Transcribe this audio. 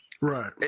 Right